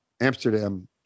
Amsterdam